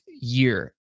year